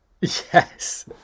Yes